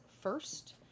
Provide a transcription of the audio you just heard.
first